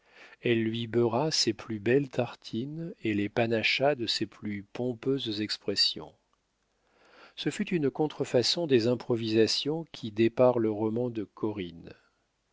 elle lui beurra ses plus belles tartines et les panacha de ses plus pompeuses expressions ce fut une contrefaçon des improvisations qui déparent le roman de corinne